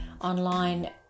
online